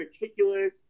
meticulous